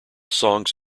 songs